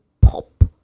pop